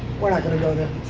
we're not gonna go there.